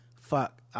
Fuck